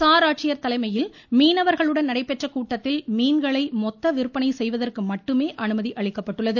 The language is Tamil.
சார் ஆட்சியர் தலைமையில் மீனவர்களுடன் நடைபெற்ற கூட்டத்தில் மீன்களை மொத்த விற்பனை செய்வதற்கு மட்டுமே அனுமதி அளிக்கப்பட்டுள்ளது